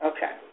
Okay